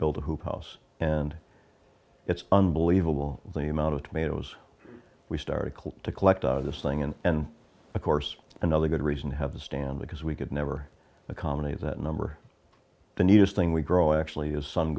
build a hoop house and it's unbelievable the amount of tomatoes we started to collect on this thing and and of course another good reason to have the stand because we could never accommodate that number the newest thing we grow actually is some